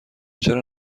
چرا